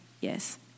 Yes